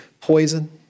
poison